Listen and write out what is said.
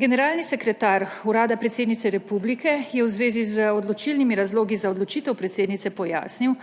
Generalni sekretar Urada predsednice Republike Slovenije je v zvezi z odločilnimi razlogi za odločitev predsednice pojasnil,